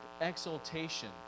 exaltation